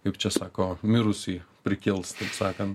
juk čia sako mirusį prikels taip sakant